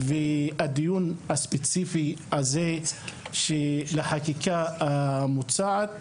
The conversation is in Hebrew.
והדיון הספציפי הזה של החקיקה המוצעת,